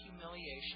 humiliation